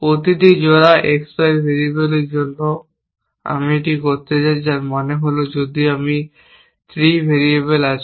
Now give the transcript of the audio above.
প্রতিটি জোড়া XY ভেরিয়েবলের জন্য আমরা এটি করতে চাই যার মানে হল যদি আমি 3 ভেরিয়েবল আছে